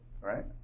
right